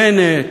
בנט,